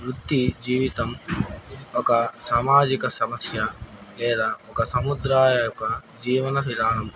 ఒక వృత్తి జీవితం ఒక సామాజిక సమస్య లేదా ఒక సముదాయం యొక్క జీవన విదానం